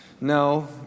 No